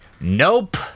nope